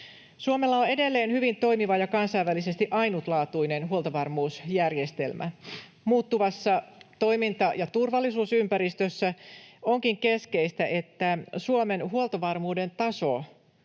Suomella on edelleen hyvin toimiva ja kansainvälisesti ainutlaatuinen huoltovarmuusjärjestelmä. Muuttuvassa toiminta- ja turvallisuusympäristössä onkin keskeistä, että Suomen huoltovarmuuden taso